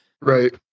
Right